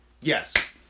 Yes